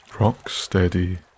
rock-steady